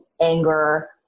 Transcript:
anger